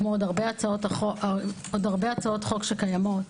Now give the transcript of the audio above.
כמו רבות אחרות שקיימות,